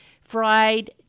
fried